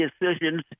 decisions